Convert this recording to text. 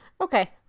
okay